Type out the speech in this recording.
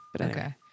Okay